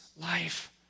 life